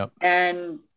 And-